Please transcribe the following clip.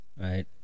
Right